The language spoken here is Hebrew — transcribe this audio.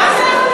ברוך הבא,